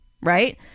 right